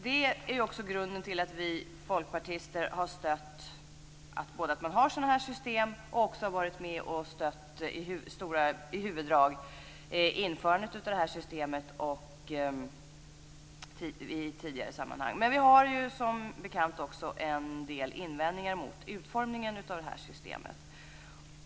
Detta är också grunden till att vi folkpartister har stött att man har sådana här system och till att vi i tidigare sammanhang i stora drag har varit med och stött införandet av det här systemet. Som bekant har vi också en del invändningar mot utformningen av det här systemet.